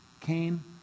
came